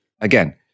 Again